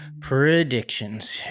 predictions